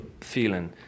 feeling